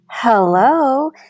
Hello